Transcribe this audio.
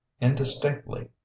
indistinctly